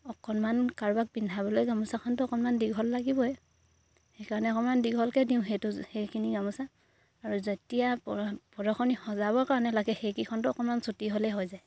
অকণমান কাৰোবাক পিন্ধাবলৈ গামোচাখনতো অকণমান দীঘল লাগিবই সেইকাৰণে অকণমান দীঘলকে দিওঁ সেইটো সেইখিনি গামোচা আৰু যেতিয়া প্ৰদৰ্শনী সজাবৰ কাৰণে লাগে সেইকেইখনটো অকণমান ছুটি হ'লেই হৈ যায়